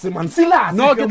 no